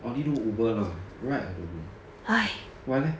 I only know Uber lah ride I don't know why leh